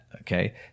Okay